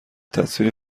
تصویر